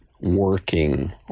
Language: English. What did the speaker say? working